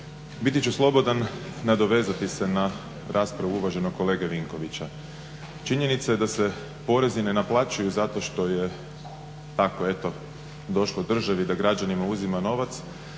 biti ću slobodan nadovezati se na raspravu uvaženog kolege Vinkovića. Činjenica je da se porezi ne naplaćuju zato što je tako eto došlo državi da građanima uzima novac,